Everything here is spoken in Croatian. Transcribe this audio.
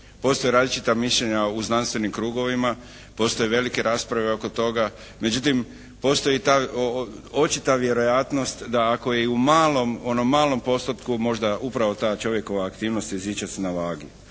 Postoje različita mišljenja u znanstvenim krugovima, postoje velike rasprave oko toga. Međutim, postoji ta očita vjerojatnost da ako je i u malom, onom malom postotku možda upravo ta čovjekova aktivnost jezičac na vagi.